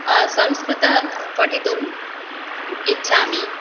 संस्कृतं पठितुम् इच्छामि